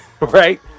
right